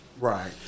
Right